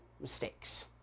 mistakes